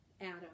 Adam